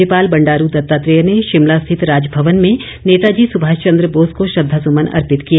राज्यपाल बंडारू दत्तात्रेय ने शिमला स्थित राजभवन में नेताजी सुभाष चंद्र बोस को श्रद्धासुमन अर्पित किए